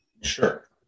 Sure